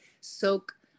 soak